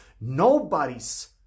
Nobody's